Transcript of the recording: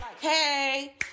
hey